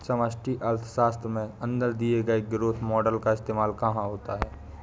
समष्टि अर्थशास्त्र के अंदर दिए गए ग्रोथ मॉडेल का इस्तेमाल कहाँ होता है?